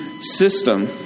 system